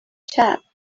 chap